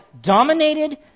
dominated